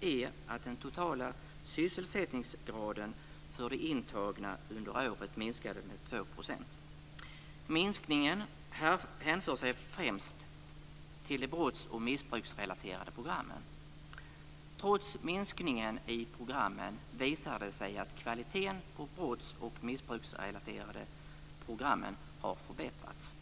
är att den totala sysselsättningsgraden för intagna under året minskade med 2 %. Minskningen hänför sig främst till de brotts och missbruksrelaterade programmen. Trots minskningen i programmen visar det sig att kvaliteten på de brotts och missbruksrelaterade programmen har förbättrats.